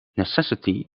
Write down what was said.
necessity